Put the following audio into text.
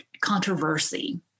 controversy